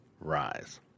Rise